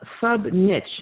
sub-niche